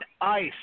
Ice